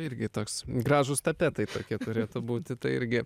irgi toks gražūs tapetai tokie turėtų būti tai irgi